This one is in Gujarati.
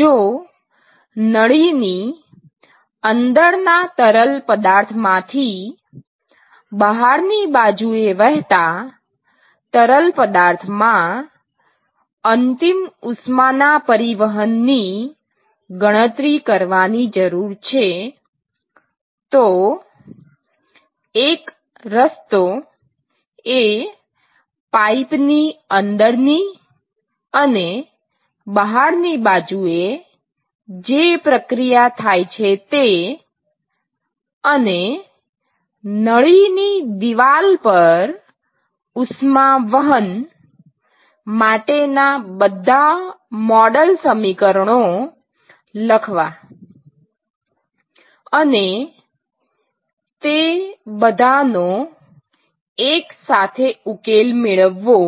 જો નળીની અંદરના તરલ પદાર્થ માંથી બહારની બાજુએ વહેતા તરલ પદાર્થમાં અંતિમ ઉષ્માના પરિવહનની ગણતરી કરવાની જરૂર છે તો એક રસ્તો એ પાઇપ ની અંદરની અને બહારની બાજુએ જે પ્રક્રિયા થાય છે તે અને નળીની દિવાલ પર ઉષ્માવહન માટે ના બધા મૉડલ સમીકરણો લખવા અને તે બધાનો એક સાથે ઉકેલ મેળવવો